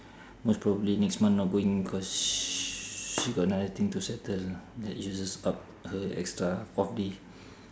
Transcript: most probably next month not going cause she got another thing to settle that uses up her extra off day